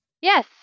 Yes